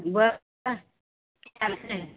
बोलऽ की हाल छै